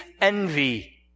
envy